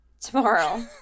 Tomorrow